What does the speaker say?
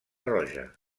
roja